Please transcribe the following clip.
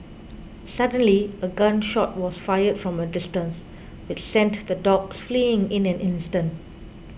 suddenly a gun shot was fired from a distance which sent the dogs fleeing in an instant